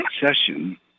session